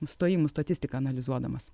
stojimų statistiką analizuodamas